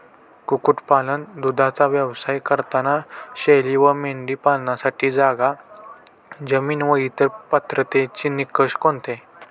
कुक्कुटपालन, दूधाचा व्यवसाय करताना शेळी व मेंढी पालनासाठी जागा, जमीन व इतर पात्रतेचे निकष कोणते?